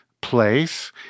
place